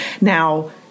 Now